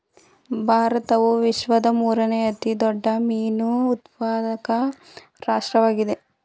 ಭಾರತವು ವಿಶ್ವದ ಮೂರನೇ ಅತಿ ದೊಡ್ಡ ಮೀನು ಉತ್ಪಾದಕ ರಾಷ್ಟ್ರವಾಗಿದೆ